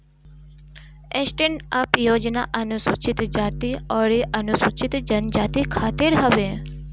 stand up योजना अनुसूचित जाती अउरी अनुसूचित जनजाति खातिर हवे